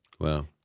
Wow